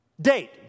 Date